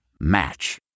Match